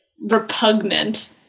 repugnant